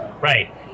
right